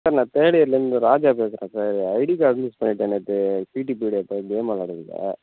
sir நான் third இயர்லேருந்து ராஜா பேசுகிறேன் சார் என் ஐடி கார்டு மிஸ் பண்ணிவிட்டேன் நேற்று பி டி பீரியட் அப்போ கேம் விளாடையில்